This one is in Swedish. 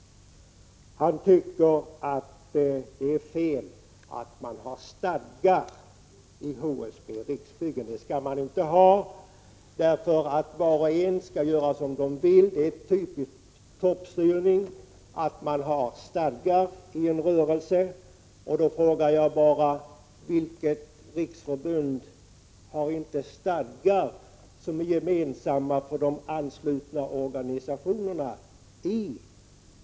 Han tycker att det är fel att man har stadgar i HSB och Riksbyggen. Det skall man inte ha. Var och en skall göra som han vill. Det är toppstyrning att man har stadgar i en rörelse. Jag frågar: Vilket riksförbund i detta land har inte stadgar som är gemensamma för alla de anslutna organisationerna?